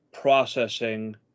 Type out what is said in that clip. processing